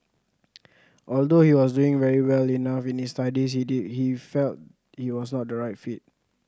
although he was doing very well enough in his studies he did he felt it was not the right fit